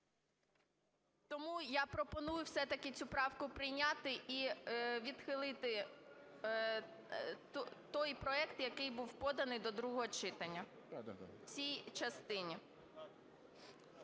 Тому я пропоную все-таки цю правку прийняти і відхилити той проект, який був поданий до другого читання в цій частині.